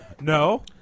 No